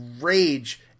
rage